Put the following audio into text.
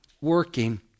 working